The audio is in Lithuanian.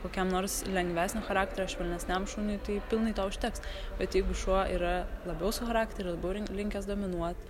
kokiam nors lengvesnio charakterio švelnesniam šuniui tai pilnai to užteks bet jeigu šuo yra labiau su charakteriu labiau rink linkęs dominuot